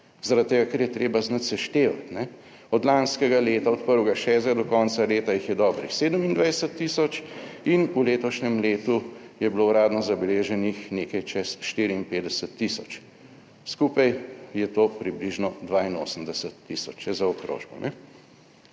tega, ker je treba znati seštevati, ne. Od lanskega leta, od 1. 6. do konca leta jih je dobrih 27 tisoč in v letošnjem letu je bilo uradno zabeleženih nekaj čez 54 tisoč, skupaj je to približno 82 tisoč, če zaokrožimo,